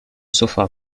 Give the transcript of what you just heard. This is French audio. sofa